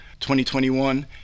2021